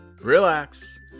relax